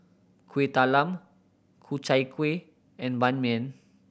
Kuih Talam Ku Chai Kueh and Ban Mian